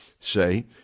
say